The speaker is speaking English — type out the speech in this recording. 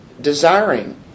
desiring